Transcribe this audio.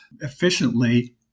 efficiently